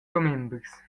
commembers